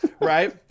right